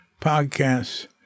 podcasts